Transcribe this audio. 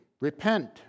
repent